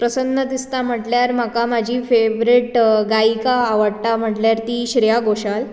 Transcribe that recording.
प्रसन्न दिसता म्हणटल्यार म्हाका म्हाजी फेवरेट गायिका आवडटा म्हणल्यार ती श्रेया घोशाल